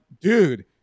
dude